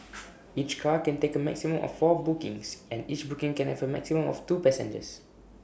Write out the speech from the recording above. each car can take A maximum of four bookings and each booking can have A maximum of two passengers